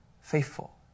faithful